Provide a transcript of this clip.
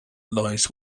lies